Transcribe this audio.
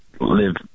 live